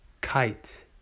kite